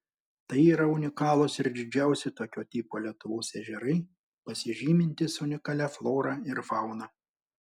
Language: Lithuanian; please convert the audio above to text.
tai yra unikalūs ir didžiausi tokio tipo lietuvos ežerai pasižymintys unikalia flora ir fauna